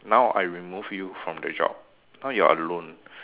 now I remove you from the job now you are alone